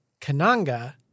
Kananga